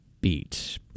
beat